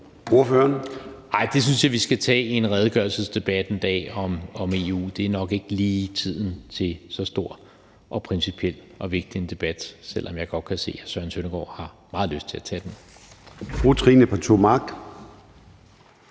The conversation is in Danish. Det synes jeg vi skal tage i en redegørelsesdebat om EU en dag. Det er nok ikke lige tiden til så stor og principiel og vigtig en debat, selv om jeg godt kan se, at hr. Søren Søndergaard har meget lyst til at tage den. Kl. 16:17 Formanden